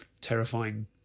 terrifying